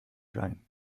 wein